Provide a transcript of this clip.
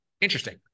interesting